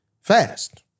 fast